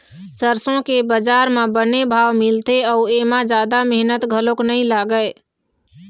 सरसो के बजार म बने भाव मिलथे अउ एमा जादा मेहनत घलोक नइ लागय